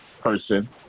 person